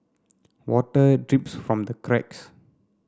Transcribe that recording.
water drips from the cracks